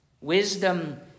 Wisdom